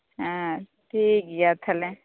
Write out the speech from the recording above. ᱦᱮᱸ ᱴᱷᱤᱠᱜᱮᱭᱟ ᱛᱟᱦᱚᱞᱮ